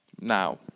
Now